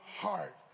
heart